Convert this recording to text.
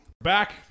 Back